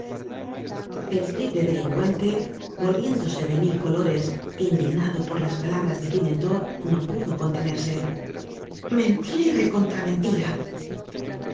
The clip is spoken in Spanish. el triple delincuente volviéndose de mil colores é indignado por las palabras de pime itó no pudo contenerse mentira